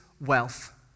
wealth